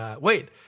Wait